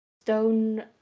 stone